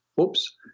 Oops